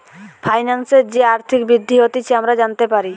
ফাইন্যান্সের যে আর্থিক বৃদ্ধি হতিছে আমরা জানতে পারি